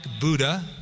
Buddha